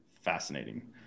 fascinating